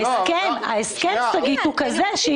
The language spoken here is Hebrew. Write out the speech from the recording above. ההסכם הוא כזה,